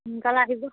সোণকালে আহিব